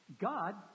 God